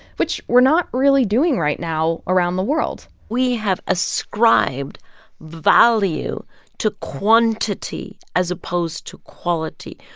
which we're not really doing right now around the world we have ascribed value to quantity as opposed to quality.